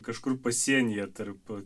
kažkur pasienyje tarp